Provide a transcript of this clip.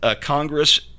Congress—